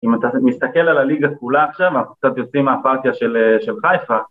‫אם אתה מסתכל על הליגה כולה עכשיו, ‫אנחנו קצת יוצאים מהפרקיה של חיפה.